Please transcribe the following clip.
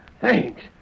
Thanks